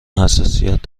حساسیت